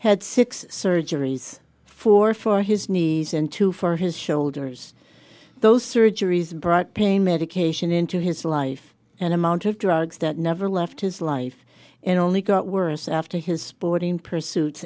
had six surgeries four for his knees and two for his shoulders those surgeries brought pain medication into his life an amount of drugs that never left his life and only got worse after his sporting pursuits